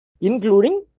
including